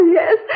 yes